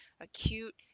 acute